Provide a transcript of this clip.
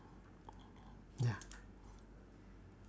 ya